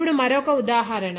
ఇప్పుడు మరొక ఉదాహరణ